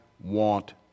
want